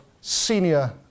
senior